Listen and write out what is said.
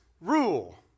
rule